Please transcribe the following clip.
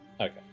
okay